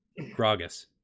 Gragas